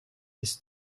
his